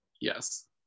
yes